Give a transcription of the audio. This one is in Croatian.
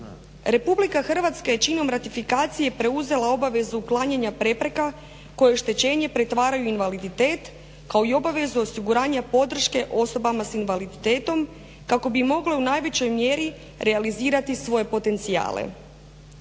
Republika Hrvatska je činom ratifikacije preuzela obavezu uklanjanja prepreka koje oštećenje pretvaraju u invaliditet kao i obavezu osiguranja podrške osobama sa invaliditetom kako bi mogla u najvećoj mjeri realizirati svoje potencijale.